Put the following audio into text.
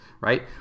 right